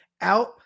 out